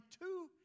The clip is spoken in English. two